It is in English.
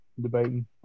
debating